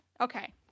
Okay